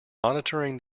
monitoring